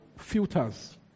Filters